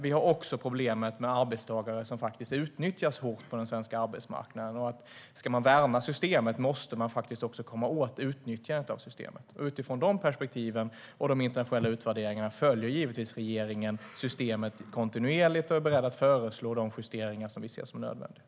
Vi har också problemet med arbetstagare som faktiskt utnyttjas på den svenska arbetsmarknaden. Ska man värna systemet måste man också komma åt utnyttjandet av systemet. Utifrån dessa perspektiv och de internationella utvärderingarna följer regeringen givetvis systemet kontinuerligt och är beredd att föreslå de justeringar som vi ser som nödvändiga.